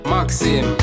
Maxim